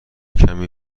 کمی